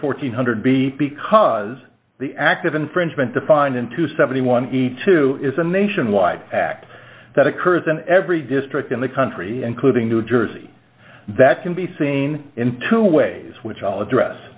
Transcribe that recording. four hundred b because the act of infringement defined into seventy one he too is a nationwide act that occurs in every district in the country including new jersey that can be seen in two ways which i'll address